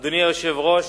אדוני היושב-ראש,